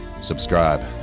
subscribe